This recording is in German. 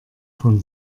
von